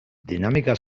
dinamika